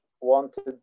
wanted